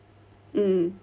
mm